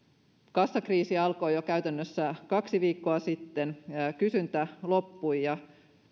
kassakriisi alkoi käytännössä jo kaksi viikkoa sitten kysyntä loppui ja